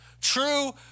true